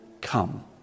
come